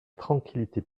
tranquillité